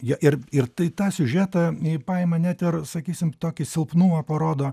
jo ir ir tai tą siužetą paima net ir sakysim tokį silpnumą parodo